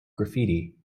graffiti